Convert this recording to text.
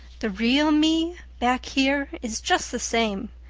the real me back here is just the same.